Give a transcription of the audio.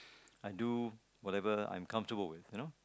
I do whatever I am comfortable with you know